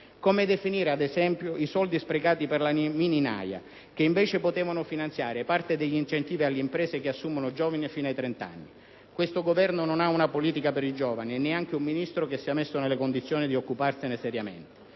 Come definire, ad esempio, i soldi sprecati per la mini-naja, che invece potevano finanziare parte degli incentivi alle imprese che assumono giovani fino ai 30 anni? Questo Governo non ha una politica per i giovani e neanche un Ministro che sia messo nelle condizioni di occuparsene seriamente.